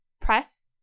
press